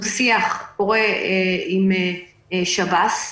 דו-שיח פורה עם שב"ס.